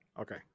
Okay